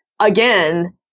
again